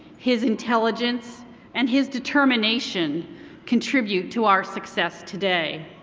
his intelligence and his determination contribute to our success today.